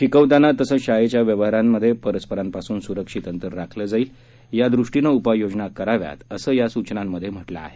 शिकवताना तसंच शाळेच्या व्यवहारांमधे परस्परांपासून सुरक्षित अंतर राखलं जाईल यादृष्टीनं उपाययोजना कराव्यात असं यात सुचवलं आहे